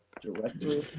directory,